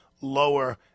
lower